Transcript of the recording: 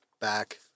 back